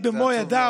באכזריות במו ידיו.